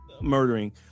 murdering